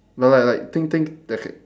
no like like think think there c~